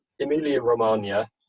Emilia-Romagna